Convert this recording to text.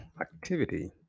activity